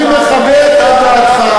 אני מכבד אותך.